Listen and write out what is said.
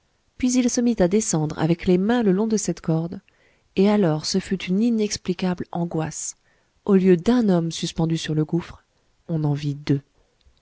puis il se mit à descendre avec les mains le long de cette corde et alors ce fut une inexplicable angoisse au lieu d'un homme suspendu sur le gouffre on en vit deux